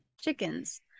Chickens